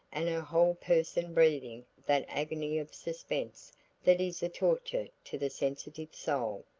and her whole person breathing that agony of suspense that is a torture to the sensitive soul.